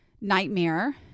nightmare